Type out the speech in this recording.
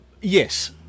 Yes